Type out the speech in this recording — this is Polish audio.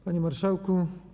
Panie Marszałku!